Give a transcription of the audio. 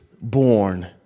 born